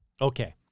Okay